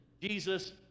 Jesus